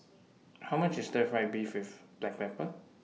How much IS Stir Fried Beef with Black Pepper